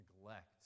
neglect